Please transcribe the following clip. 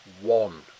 one